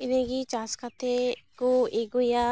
ᱤᱱᱟᱹᱜᱮ ᱪᱟᱥ ᱠᱟᱛᱮ ᱠᱚ ᱟᱜᱩᱭᱟ